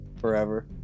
forever